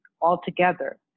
altogether